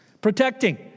Protecting